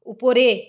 উপরে